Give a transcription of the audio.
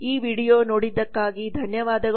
ಈ ವೀಡಿಯೊ ನೋಡಿದ್ದಕ್ಕಾಗಿ ಧನ್ಯವಾದಗಳು